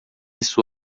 isso